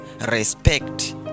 respect